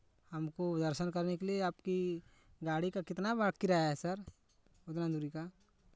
हमको दर्शन करने के लिये आपकी गाड़ी का कितना किराया है सर उतना दूरी का